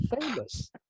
famous